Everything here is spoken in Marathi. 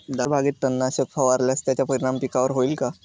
द्राक्षबागेत तणनाशक फवारल्यास त्याचा परिणाम पिकावर होईल का?